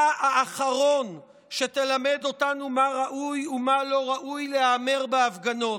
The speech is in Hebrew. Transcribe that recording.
אתה האחרון שתלמד אותנו מה ראוי ומה לא ראוי להיאמר בהפגנות.